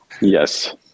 Yes